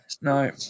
No